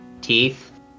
teeth